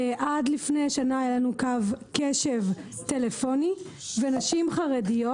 עד לפני שנה היה לנו קו קשב טלפוני ונשים חרדיות